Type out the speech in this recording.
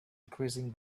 increasing